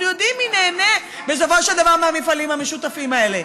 אנחנו יודעים מי נהנה בסופו של דבר מהמפעלים המשותפים האלה.